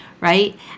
right